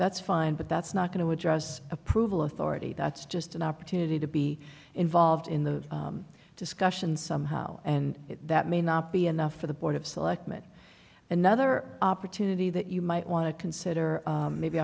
that's fine but that's not going to address approval of already that's just an opportunity to be involved in the discussion somehow and if that may not be enough for the board of selectmen another opportunity that you might want to consider maybe